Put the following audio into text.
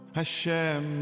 Hashem